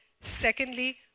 Secondly